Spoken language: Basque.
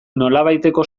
nolabaiteko